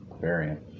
variant